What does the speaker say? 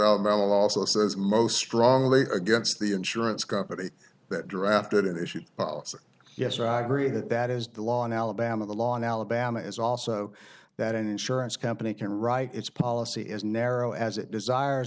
well also says most strongly against the insurance company that drafted it issued yes i agree that that is the law in alabama the law in alabama is also that an insurance company can write its policy as narrow as it desires